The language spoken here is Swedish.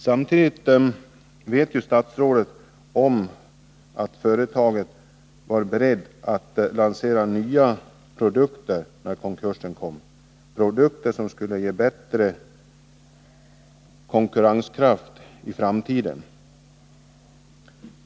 Samtidigt vet statsrådet om att företaget, när konkursen kom, var berett att lansera nya produkter, som skulle ge bättre konkurrenskraft i framtiden.